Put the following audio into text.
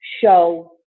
show